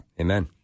Amen